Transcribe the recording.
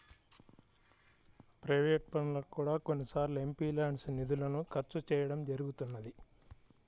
private పనులకు కూడా కొన్నిసార్లు ఎంపీల్యాడ్స్ నిధులను ఖర్చు చేయడం జరుగుతున్నది